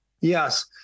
Yes